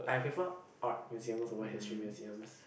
I prefer art museums over history museums